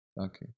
Okay